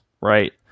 right